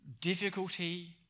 difficulty